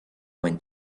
went